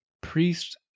priest